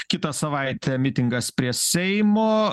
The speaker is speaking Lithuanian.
kitą savaitę mitingas prie seimo